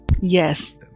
Yes